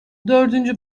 dördüncü